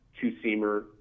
two-seamer